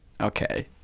Okay